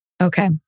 Okay